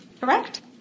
Correct